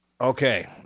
Okay